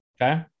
Okay